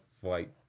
flight